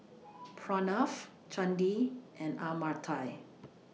Pranav Chandi and Amartya